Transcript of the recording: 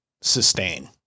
sustain